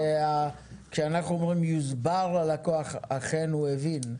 כשאנחנו אומרים: יוסבר ללקוח אכן הוא הבין.